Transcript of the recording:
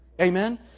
Amen